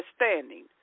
understanding